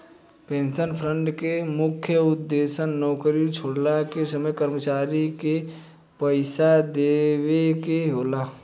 pension fund के मुख्य उद्देश्य नौकरी छोड़ला के समय कर्मचारी के पइसा देवेके होला